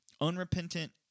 unrepentant